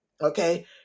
okay